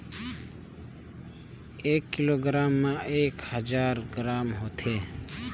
एक किलोग्राम म एक हजार ग्राम होथे